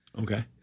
Okay